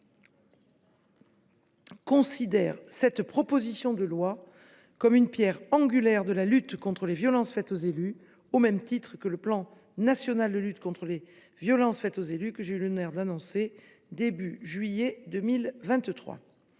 considère cette proposition de loi comme une pierre angulaire de la lutte contre les violences faites aux élus, au même titre que le plan national de prévention et de lutte contre les violences faites aux élus, que j’ai eu l’honneur d’annoncer au début de juillet 2023.